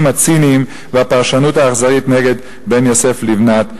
הציניים ובפרשנות האכזרית נגד בן יוסף לבנת,